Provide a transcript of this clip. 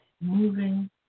moving